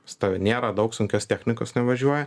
pas tave nėra daug sunkios technikos nevažiuoja